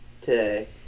today